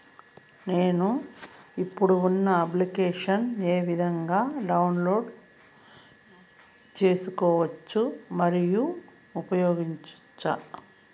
నేను, ఇప్పుడు ఉన్న అప్లికేషన్లు ఏ విధంగా డౌన్లోడ్ సేసుకోవచ్చు మరియు ఉపయోగించొచ్చు?